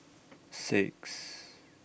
six